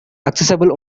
accessible